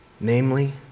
namely